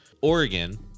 Oregon